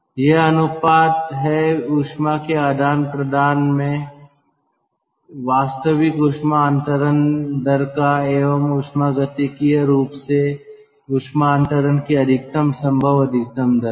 यह अनुपात है ऊष्मा के आदान प्रदान में वास्तविक ऊष्मा अंतरण दर का एवं ऊष्मागतिकीय रूप से ऊष्मा अंतरण की अधिकतम संभव अधिकतम दर का